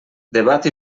debat